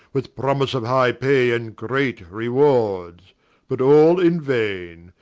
with promise of high pay, and great rewards but all in vaine,